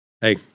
hey